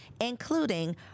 including